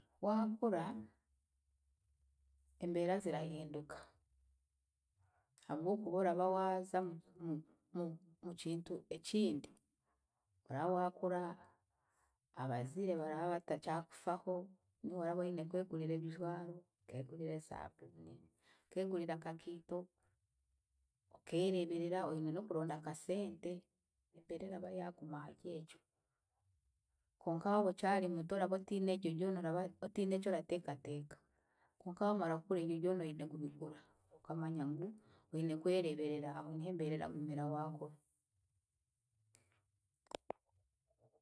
Waakura, embeera zirahinduka habw'okuba oraba waaza mu- mu- mu- mukintu ekindi, oraawaakura, abaziire baraba batakyakufaho, niiwe oraba oine kwegurira ebijwaro, kwegurira esaabuuni, okeegurira akakiito, okeegurira akakiito, okeereeberera, oine n'okuronda akasente, embeera eraba yaaguma aharyekyo kyonka waaba okyari muto oraba otiine eryoryona oraba otiine eki orateekateeka konka waamara kukura eryo ryona oine kubikora okamanya ngu, oine kwereeberera aho niho embeera eragumira waakura.